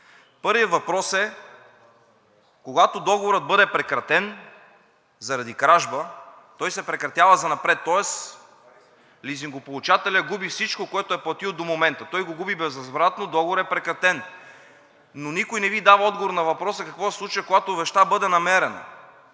Първият въпрос е, когато договорът бъде прекратен заради кражба, той се прекратява занапред. Тоест лизингополучателят губи всичко, което е платил до момента. Той го губи безвъзвратно, договорът е прекратен, но никой не Ви дава отговор на въпроса: какво се случва, когато вещта бъде намерена?